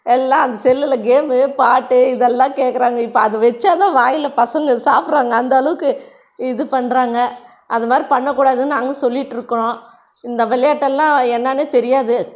எல்லாம் அந்த செல்லில் கேம்மு பாட்டு இதெல்லாம் கேட்குறாங்க இப்போ அதை வைச்சாதான் வாயில் பசங்கள் சாப்புடறாங்க அந்தளவுக்கு இது பண்ணுறாங்க அதுமாதிரி பண்ணக்கூடாதுனு நாங்கள் சொல்லிகிட்டு இருக்கோம் இந்த விளையாட்டெல்லாம் என்னனே தெரியாது